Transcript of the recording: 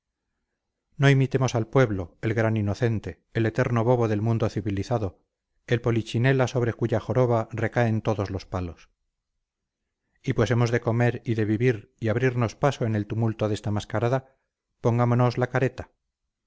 no imitemos al pueblo el gran inocente el eterno bobo del mundo civilizado el polichinela sobre cuya joroba recaen todos los palos y pues hemos de comer y de vivir y abrirnos paso en el tumulto de esta mascarada pongámonos la careta